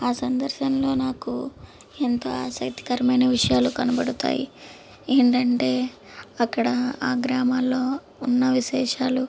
ఆ సందర్శనలో నాకు ఎంతో ఆసక్తికరమైన విషయాలు కనబడతాయి ఏంటంటే అక్కడ ఆ గ్రామాల్లో ఉన్న విశేషాలు